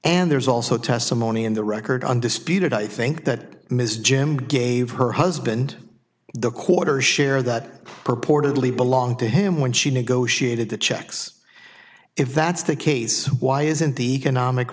and there's also testimony in the record undisputed i think that ms jim gave her husband the quarter share that purportedly belonged to him when she negotiated the checks if that's the case why isn't the economic